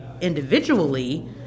individually